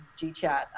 GChat